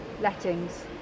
lettings